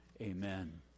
amen